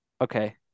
Okay